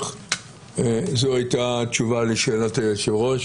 זו הייתה תשובה לשאלת היושב-ראש.